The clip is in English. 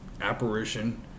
apparition